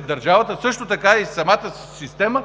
държавата, а също така и самата система